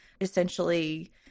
essentially